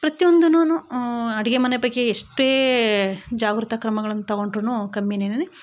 ಪ್ರತಿಯೊಂದೂನು ಅಡುಗೆ ಮನೆ ಬಗ್ಗೆ ಎಷ್ಟೇ ಜಾಗೃತ ಕ್ರಮಗಳನ್ನು ತೊಗೊಂಡ್ರೂ ಕಮ್ಮಿಯೇ